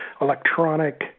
electronic